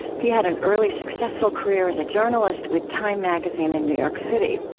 he had an early successful career as a journalist with time magazine in new york city.